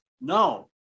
No